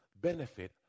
benefit